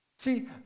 See